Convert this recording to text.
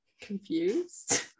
confused